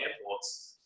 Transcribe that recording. airports